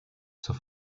zur